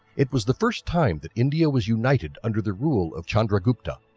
it was the first time that india was united under the rule of chandragupta.